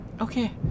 Okay